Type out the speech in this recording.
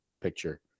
picture